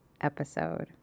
episode